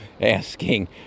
asking